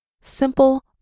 Simple